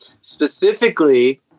Specifically